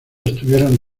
estuvieron